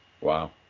Wow